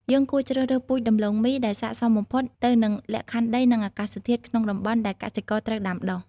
យើងគួរជ្រើសរើសពូជដំឡូងមីដែលស័ក្តិសមបំផុតទៅនឹងលក្ខខណ្ឌដី និងអាកាសធាតុក្នុងតំបន់ដែលកសិករត្រូវដាំដុះ។